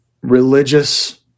religious